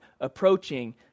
approaching